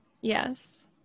Yes